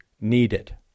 needed